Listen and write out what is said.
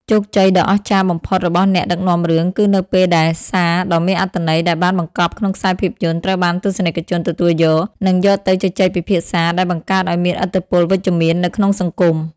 ជោគជ័យដ៏អស្ចារ្យបំផុតរបស់អ្នកដឹកនាំរឿង គឺនៅពេលដែលសារដ៏មានអត្ថន័យដែលបានបង្កប់ក្នុងខ្សែភាពយន្តត្រូវបានទស្សនិកជនទទួលយក និងយកទៅជជែកពិភាក្សា ដែលបង្កើតឱ្យមានឥទ្ធិពលវិជ្ជមាននៅក្នុងសង្គម។